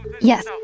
Yes